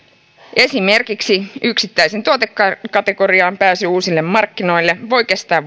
esimerkiksi yksittäisen tuotekategorian pääsy uusille markkinoille voi kestää